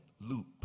loop